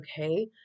okay